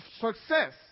success